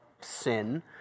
sin